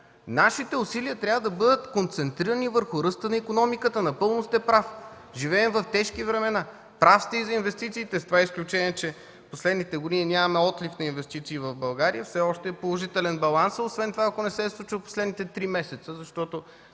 Нашите усилия трябва да бъдат концентрирани върху ръста на икономиката. Напълно сте прав, живеем в тежки времена! Прав сте и за инвестициите с това изключение, че в последните години нямаме отлив на инвестиции в България, все още балансът е положителен. Освен ако това не се е случило в последните три месеца, защото